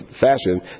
fashion